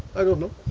i don't know.